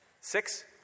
Six